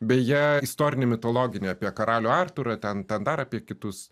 beje istorinė mitologinė apie karalių artūrą ten ten dar apie kitus